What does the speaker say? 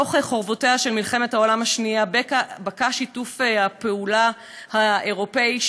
מחורבותיה של מלחמת העולם השנייה בקע שיתוף הפעולה האירופי,